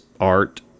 art